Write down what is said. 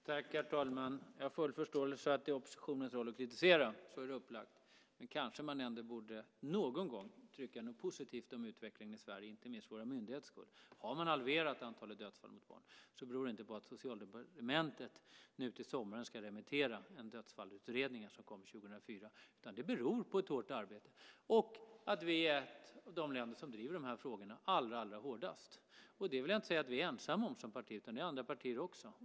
Herr talman! Jag har full förståelse för att det är oppositionens roll att kritisera; så är det upplagt. Men kanske man ändå någon gång borde tycka något positivt om utvecklingen i Sverige, inte minst för våra myndigheters skull. Om man har halverat antalet dödsfall bland barn så beror inte det på att Socialdepartementet nu till sommaren ska remittera förslag om dödsfallsutredning som kom 2004. Det beror på ett hårt arbete och att Sverige är ett av de länder som driver de här frågorna allra hårdast. Jag vill inte säga att vi är ensamma om detta som parti, utan det gäller andra partier också.